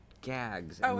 gags